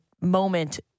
moment